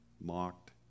mocked